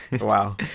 Wow